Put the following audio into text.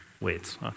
weights